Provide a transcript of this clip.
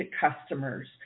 customers